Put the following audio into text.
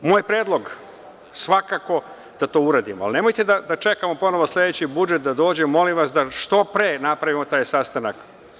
Moj predlog, svakako da to uradimo, ali nemojte da čekamo ponovo sledeću budžet da dođe, molim vas da što pre napravimo taj sastanak.